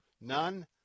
none